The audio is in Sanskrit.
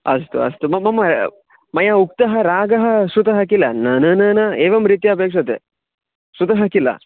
अस्तु अस्तु म मम मया उक्तः रागः श्रुतः किल न न न न एवं रीत्या अपेक्षते श्रुतः किल